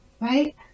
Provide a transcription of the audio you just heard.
right